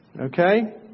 Okay